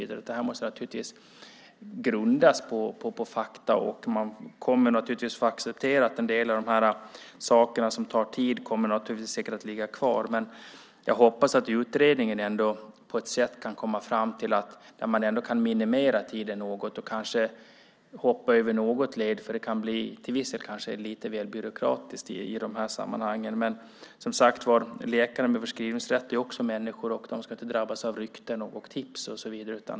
Det här måste naturligtvis grundas på fakta. Man kommer självfallet att få acceptera att en del av de saker som tar tid säkert kommer att ligga kvar. Men jag hoppas att utredningen ändå på något sätt kan komma fram till att man kan minimera tiden något och kanske hoppa över något led. Det kan till viss del bli lite väl byråkratiskt i de här sammanhangen. Men, som sagt var, läkare med förskrivningsrätt är också människor och de ska inte drabbas av rykten och tips.